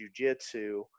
jujitsu